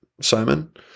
Simon